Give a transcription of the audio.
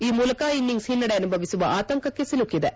ಈ ಮೂಲಕ ಇನಿಂಗ್ಸ್ ಹಿನ್ನೆಡೆ ಅನುಭವಿಸುವ ಆತಂಕಕ್ಕೆ ಸಿಲುಕಿತು